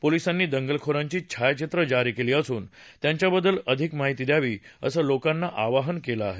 पोलिसांनी दंगलखोरांची छायाचित्रं जारी केली असून त्यांच्याबद्दल माहिती द्यावी असं लोकांना आवाहन केलं आहे